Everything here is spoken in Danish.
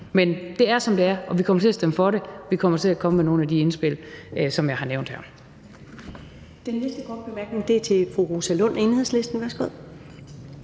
Men det er, som det er, og vi kommer til at stemme for det. Vi kommer til at komme med nogle af de indspil, som jeg har nævnt her.